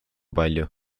palju